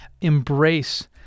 embrace